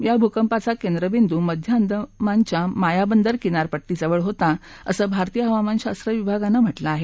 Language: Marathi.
या भूकंपाचा केंद्रबिंदू मध्य अंदमानच्या मायाबंदर किनारपट्टीजवळ होता असं भारतीय हवामान शास्त्र विभागानं म्हटलं आहे